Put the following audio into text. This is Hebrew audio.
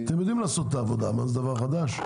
אתם יודעים לעשות את העבודה, זה דבר חדש?